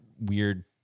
weird